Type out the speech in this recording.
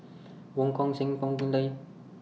Wong Kan Seng Tan Gee Paw and Arumugam Ponnu Rajah